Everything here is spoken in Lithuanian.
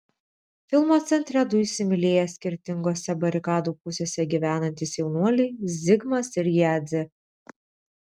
filmo centre du įsimylėję skirtingose barikadų pusėse gyvenantys jaunuoliai zigmas ir jadzė